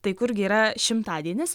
tai kurgi yra šimtadienis